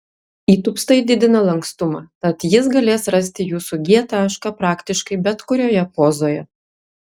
įtūpstai didina lankstumą tad jis galės rasti jūsų g tašką praktiškai bet kurioje pozoje